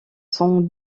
s’en